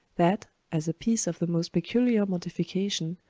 that, as a piece of the most peculiar mortification,